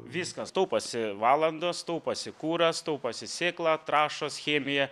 viskas tauposi valandos tauposi kuras tauposi sėkla trąšos chemija